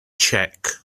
check